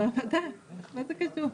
בוודאי, מה זה קשור?